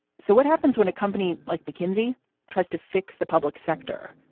so what happens when a company like mckinsey tries to fix the public sector?